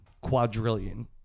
quadrillion